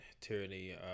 Tyranny